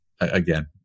again